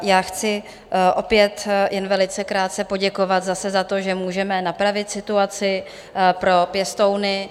Já chci opět jen velice krátce poděkovat zase za to, že můžeme napravit situaci pro pěstouny.